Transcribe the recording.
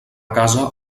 casa